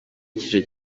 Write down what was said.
icyiciro